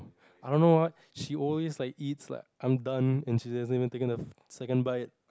I don't know what she always like eats like I'm done and she hasn't even taken a second bite it